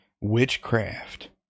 witchcraft